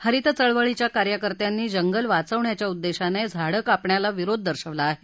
हरित चळवळीच्या कार्यकर्त्यांनी जंगल वाचवण्याच्या उद्देशाने झाडं कापण्याला विरोध दर्शवला आहे